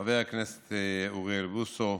חבר הכנסת אוריאל בוסו,